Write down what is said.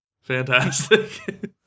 fantastic